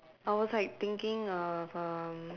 I was like thinking of erm